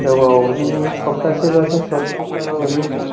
गोबावजोंबो सप्तासेब्लासो सत्तुर थाखा मोनहैगोन